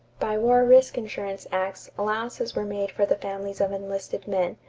by war risk insurance acts allowances were made for the families of enlisted men,